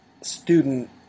student